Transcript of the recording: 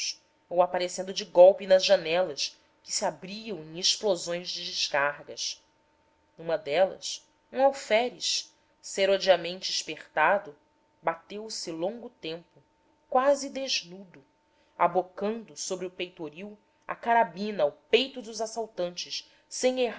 ou aparecendo de golpe nas janelas que se abriam em explosões de descargas numa delas um alferes serodiamente espertado bateu se longo tempo quase desnudo abocando sobre o peitoril a carabina ao peito dos assaltantes sem errar